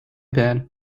bad